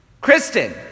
Kristen